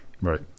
Right